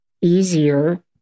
easier